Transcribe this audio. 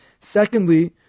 Secondly